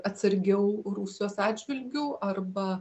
atsargiau rusijos atžvilgiu arba